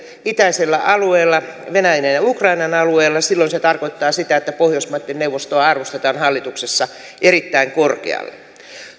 itäisellä alueella venäjän ja ukrainan alueella se tarkoittaa sitä että pohjoismaitten neuvostoa arvostetaan hallituksessa erittäin korkealle